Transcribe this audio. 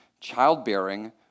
childbearing